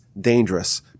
dangerous